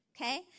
okay